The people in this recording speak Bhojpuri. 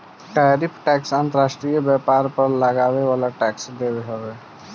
टैरिफ टैक्स अंतर्राष्ट्रीय व्यापार पर लागे वाला टैक्स हवे